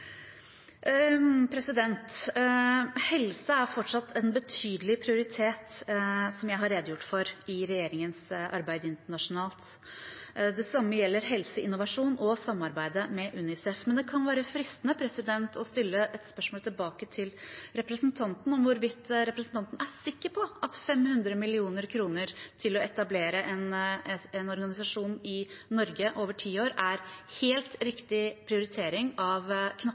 Helse er fortsatt en betydelig prioritet, som jeg har redegjort for i regjeringens arbeid internasjonalt. Det samme gjelder helseinnovasjon og samarbeidet med UNICEF. Men det kan være fristende å stille et spørsmål tilbake til representanten, om hvorvidt representanten er sikker på at 500 mill. kr over ti år til å etablere en organisasjon i Norge er helt riktig prioritering av